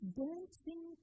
dancing